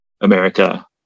America